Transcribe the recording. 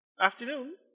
afternoon